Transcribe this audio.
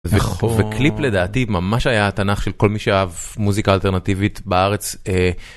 וקליפ לדעתי ממש היה התנ״ך של כל מי שאהב מוזיקה אלטרנטיבית בארץ.